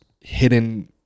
hidden